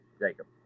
Jacob